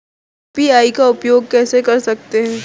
UPI का उपयोग कैसे कर सकते हैं?